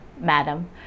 madam